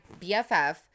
BFF